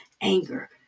anger